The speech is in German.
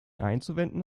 einzuwenden